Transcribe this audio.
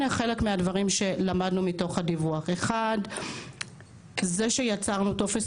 חלק מהדברים שלמדנו מהדיווח: זה שיצרנו טופס